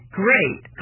great